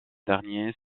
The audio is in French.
dernier